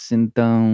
então